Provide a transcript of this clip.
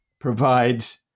provides